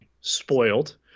spoiled